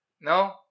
no